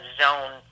zone